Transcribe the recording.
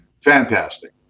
fantastic